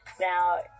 Now